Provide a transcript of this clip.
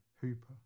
Hooper